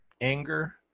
anger